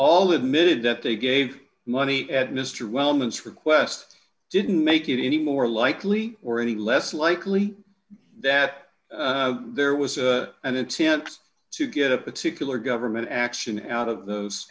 all admitted that they gave money at mr weldments request didn't make it any more likely or any less likely that there was and the chance to get a particular government action and out of those